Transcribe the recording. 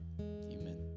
amen